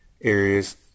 areas